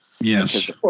Yes